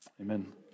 amen